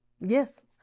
Yes